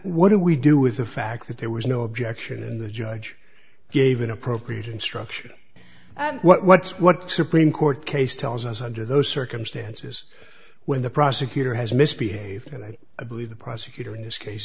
what do we do with the fact that there was no objection and the judge gave an appropriate instruction and what's what supreme court case tells us under those circumstances when the prosecutor has misbehaved and i believe the prosecutor in this case